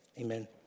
amen